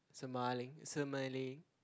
smiling smiling